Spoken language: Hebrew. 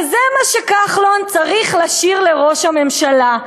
וזה מה שכחלון צריך לשיר לראש הממשלה.